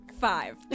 Five